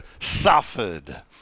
Suffered